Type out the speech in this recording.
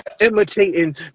imitating